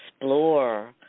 explore